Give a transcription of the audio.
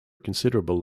considerable